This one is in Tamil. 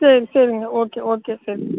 சரி சரிங்க ஓகே ஓகே சரி